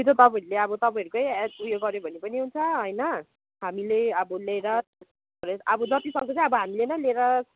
त्यो त तपाईँहरूले अब तपाईँहरूकै एड उयो गर्यो भने पनि हुन्छ होइन हामीले अब लिएर अब जतिसक्दौ चाहिँ अब हामीले नै लिएर